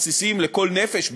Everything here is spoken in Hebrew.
הבסיסיים לכל נפש,